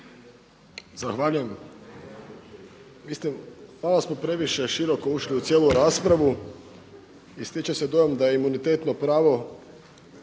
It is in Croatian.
Zahvaljujem. Mislim malo smo previše široko ušli u cijelu raspravu i stiče se dojam da je imunitetno pravo